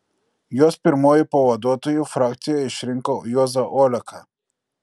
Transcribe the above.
jos pirmuoju pavaduotoju frakcija išrinko juozą oleką